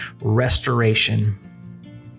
restoration